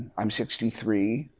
i'm sixty three.